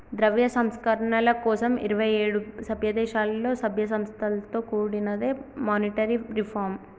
ద్రవ్య సంస్కరణల కోసం ఇరవై ఏడు సభ్యదేశాలలో, సభ్య సంస్థలతో కూడినదే మానిటరీ రిఫార్మ్